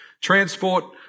transport